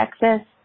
Texas